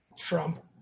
Trump